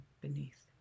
beneath